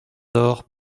door